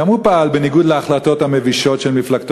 גם הוא פעל בניגוד להחלטות המבישות של מפלגתו,